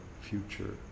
future